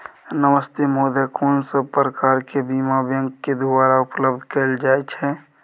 नमस्ते महोदय, कोन सब प्रकार के बीमा बैंक के द्वारा उपलब्ध कैल जाए छै?